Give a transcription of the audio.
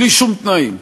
בלי שום תנאים.